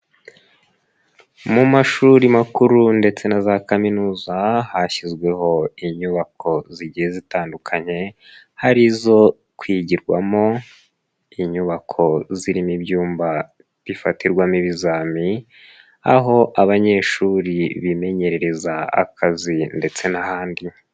Mu mashuri makuru ndetse na za kaminuza, hashyizweho inyubako zigiye zitandukanye, hari izo kwigirwamo, inyubako zirimo ibyumba bifatirwamo ibizami, aho abanyeshuri bimenyerereza akazi ndetse n'ahandi.